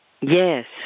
Yes